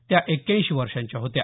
त्या एक्क्याऐंशी वर्षांच्या होत्या